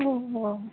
ஓ ஓ